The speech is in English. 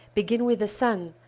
begin with the sun,